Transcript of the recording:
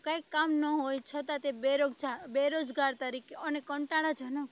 કાંઇ કામ ન હોય છતાં તે બેરોજગાર બેરોજગાર તરીકે અને કંટાળાજનક